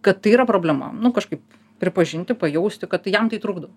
kad tai yra problema nu kažkaip pripažinti pajausti kad tai jam tai trukdo